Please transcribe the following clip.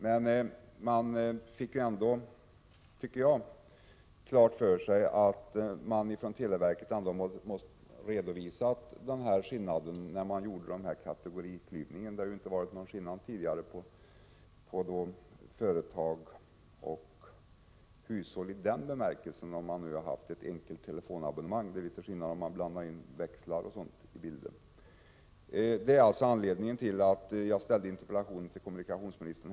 Men det stod ju ändå klart, tycker jag, att televerket hade redovisat den aktuella skillnaden i samband med att man gjorde denna kategoriklyvning. Det har ju tidigare inte förelegat någon skillnad mellan företag och hushåll när det gäller enkelt telefonabonnemang. Men det blir litet skillnad, om växlar etc. kommer in i bilden. Detta är alltså anledningen till att jag framställde interpellationen till kommunikationsministern.